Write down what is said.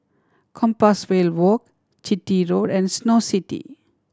Compassvale Walk Chitty Road and Snow City